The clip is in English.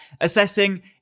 assessing